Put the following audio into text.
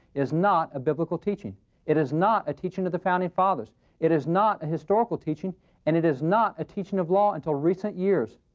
is not a biblical teaching it is not a teaching of the founding fathers it is not a historical teaching and it is not a teaching of law until recent years.